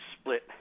split